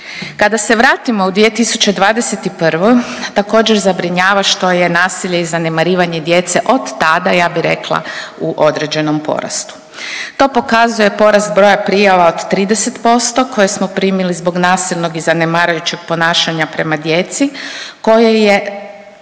Kada se vratimo u 2021. također zabrinjava što je nasilje i zanemarivanje djece od tada ja bi rekla u određenom porastu. To pokazuje porast broja prijava od 30% koje smo primili zbog nasilnog i zanemarujućeg ponašanja prema djeci koje je